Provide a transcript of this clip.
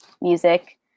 music